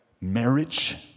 Marriage